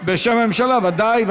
בשם הממשלה בוודאי.